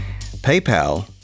PayPal